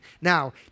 Now